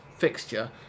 fixture